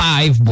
Five